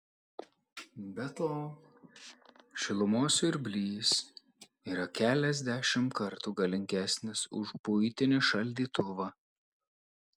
be to šilumos siurblys yra keliasdešimt kartų galingesnis už buitinį šaldytuvą